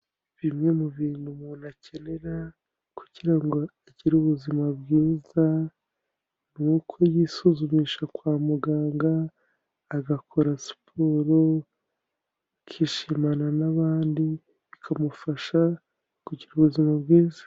Bimwe mu bintu umuntu akenera kugira ngo agire ubuzima bwiza, ni uko yisuzumisha kwa muganga, agakora siporo, akishimana n'abandi bikamufasha kugira ubuzima bwiza.